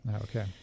Okay